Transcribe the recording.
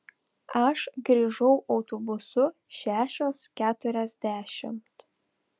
aš grįžau autobusu šešios keturiasdešimt